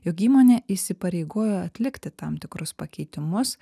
jog įmonė įsipareigojo atlikti tam tikrus pakeitimus